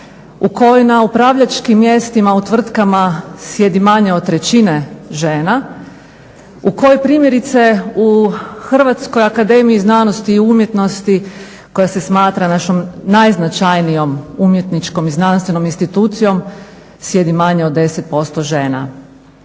u kojima na upravljačkim mjestima u tvrtkama sjedi manje od trećine žena, u koje primjerice u Hrvatskoj akademiji znanosti i umjetnosti koja se smatra našom najznačajnijom umjetničkom i znanstvenom institucijom sjedi manje od 10% žena.